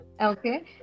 Okay